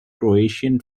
croatian